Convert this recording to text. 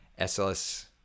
SLS